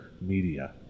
media